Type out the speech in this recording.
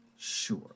Sure